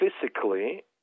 physically